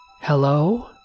Hello